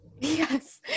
Yes